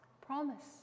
promise